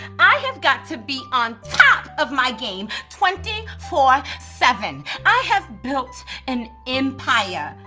i have got to be on top of my game twenty four seven. i have built an empire.